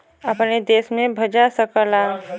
अपने देश में भजा सकला